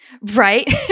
Right